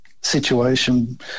situation